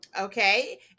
okay